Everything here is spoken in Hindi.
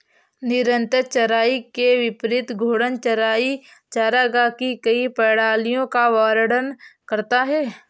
निरंतर चराई के विपरीत घूर्णन चराई चरागाह की कई प्रणालियों का वर्णन करता है